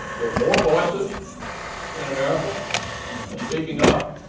there are more voices in america ah speaking up.